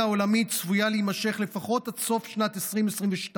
העולמית צפויה להימשך לפחות עד סוף שנת 2022,